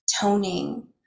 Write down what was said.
toning